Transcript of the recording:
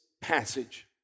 passage